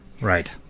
Right